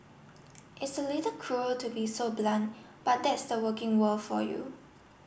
it's a little cruel to be so blunt but that's the working world for you